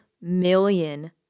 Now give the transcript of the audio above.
million